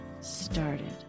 started